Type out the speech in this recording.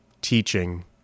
teaching